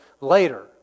later